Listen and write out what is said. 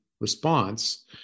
response